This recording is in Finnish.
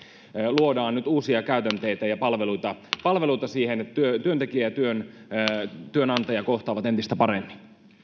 luodaan nyt uusia käytänteitä ja palveluita palveluita siihen että työntekijä ja työnantaja kohtaavat entistä paremmin